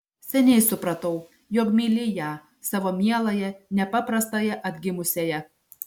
seniai supratau jog myli ją savo mieląją nepaprastąją atgimusiąją